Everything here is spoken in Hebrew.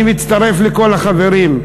אני מצטרף לכל החברים.